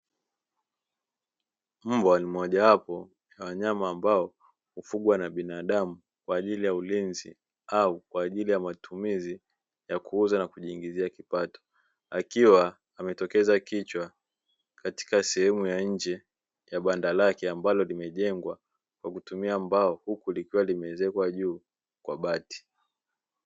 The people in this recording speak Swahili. Mbwa ni mmojawapo wawanyama ambao ukubwa na binadamu kwa ajili ya ulinzi au kwa ajili ya matumizi ya kuuza na kujiingizia kipato akiwa ametokeza kichwa katika sehemu ya nje ya banda lake, ambalo limejengwa kwa kutumia mbao huku likiwa limeezekwa juu kwa bati.